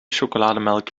chocolademelk